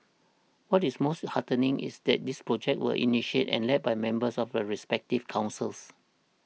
what is most heartening is that these projects were initiated and led by members of the respective councils